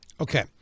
Okay